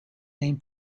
name